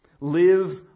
live